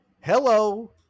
Hello